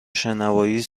شنوایی